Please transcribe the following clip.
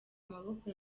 maboko